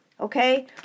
Okay